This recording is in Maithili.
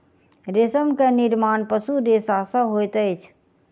रेशम के निर्माण पशु रेशा सॅ होइत अछि